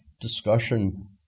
discussion